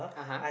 (uh huh)